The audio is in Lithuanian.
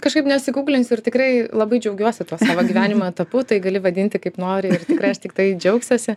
kažkaip nesikuklinsiu ir tikrai labai džiaugiuosi tuo savo gyvenimo etapu tai gali vadinti kaip nori ir tikrai aš tiktai džiaugsiuosi